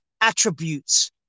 attributes